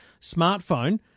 smartphone